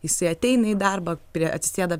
jisai ateina į darbą prie atsisėda